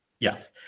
Yes